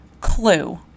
clue